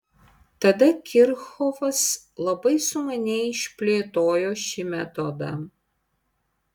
tada kirchhofas labai sumaniai išplėtojo šį metodą